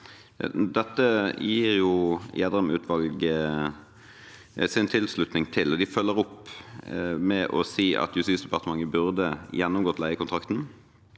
Dette gir Gjedrem-utvalget sin tilslutning til, og de følger opp med å si at Justisdepartementet burde gjennomgått leiekontrakten.